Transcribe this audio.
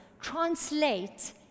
translate